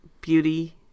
beauty